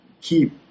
keep